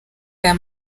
aya